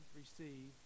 receive